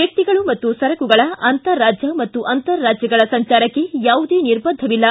ವ್ವಕ್ತಿಗಳು ಮತ್ತು ಸರಕುಗಳ ಅಂತಾರಾಜ್ವ ಮತ್ತು ಅಂತರ್ ರಾಜ್ವಗಳ ಸಂಚಾರಕ್ಕೆ ಯಾವುದೇ ನಿರ್ಬಂಧವಿಲ್ಲ